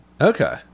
Okay